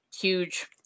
huge